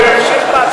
לא, תמשיך בהצבעות.